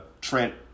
Trent